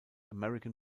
american